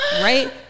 Right